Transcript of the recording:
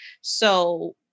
So-